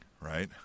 right